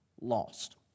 lost